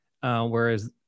Whereas